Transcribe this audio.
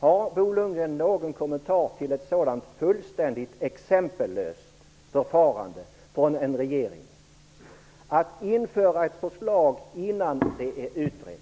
Har Bo Lundgren någon kommentar till ett sådant fullständigt exempellöst förfarande av en regering? Man vill införa ett förslag innan det är utrett.